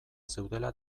zeudela